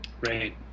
right